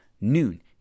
noon